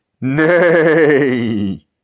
Nay